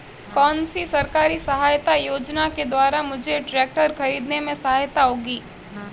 कौनसी सरकारी सहायता योजना के द्वारा मुझे ट्रैक्टर खरीदने में सहायक होगी?